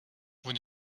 vous